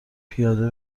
پیاده